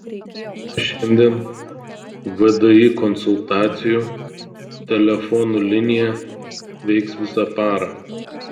nuo šiandien vdi konsultacijų telefonu linija veiks visą parą